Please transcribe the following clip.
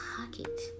pocket